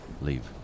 leave